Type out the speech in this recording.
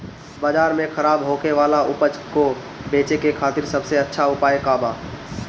बाजार में खराब होखे वाला उपज को बेचे के खातिर सबसे अच्छा उपाय का बा?